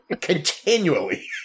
Continually